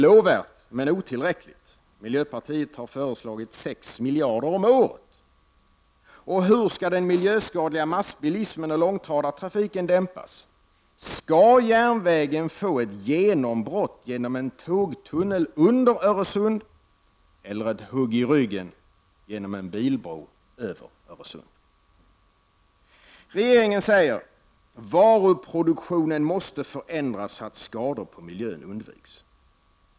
Hur går det ihop? miljöskadliga massbilismen och långtradartrafiken dämpas? Skall järnvägen få ett genombrott genom en tågtunnel under Öresund, eller ett hugg i ryggen genom en bilbro över Öresund? Regeringen säger: ”Varuproduktionen måste förändras så att skador på miljön undviks.